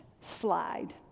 slide